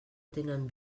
tenen